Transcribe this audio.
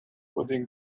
pudding